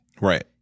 Right